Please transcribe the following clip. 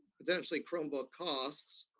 potentially chromebook costs,